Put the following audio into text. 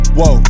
whoa